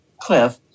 cliff